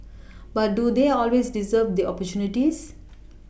but do they always deserve the opportunities